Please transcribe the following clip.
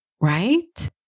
Right